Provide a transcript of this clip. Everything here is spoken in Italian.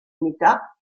unità